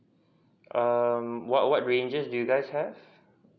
um what what ranges do you guys have